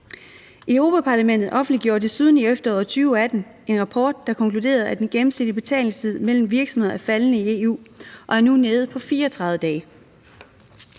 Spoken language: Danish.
Europa-Parlamentet offentliggjorde desuden i efteråret 2018 en rapport, der konkluderede, at den gennemsnitlige betalingstid mellem virksomheder er faldende i EU og nu er nede på 34 dage.